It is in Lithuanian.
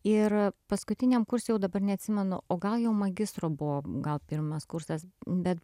ir paskutiniam kurse jau dabar neatsimenu o gal jau magistro buvo gal pirmas kursas bet